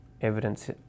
evidence